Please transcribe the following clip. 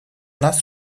нас